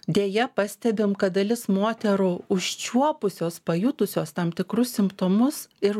deja pastebim kad dalis moterų užčiuopusios pajutusios tam tikrus simptomus ir